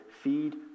Feed